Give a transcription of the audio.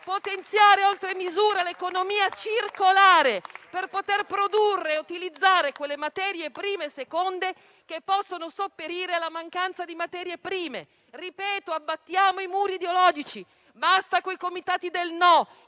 potenziare oltre misura l'economia circolare per poter produrre e utilizzare quelle materie prime seconde che possono sopperire la mancanza di materie prime. Ripeto: abbattiamo i muri ideologici. Basta con i comitati del «no»,